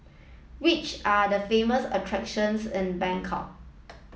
which are the famous attractions in Bangkok